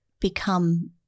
become